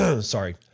sorry